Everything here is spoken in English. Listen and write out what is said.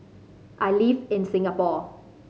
I live in Singapore